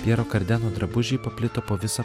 pjero kardeno drabužiai paplito po visą